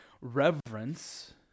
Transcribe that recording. reverence